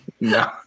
No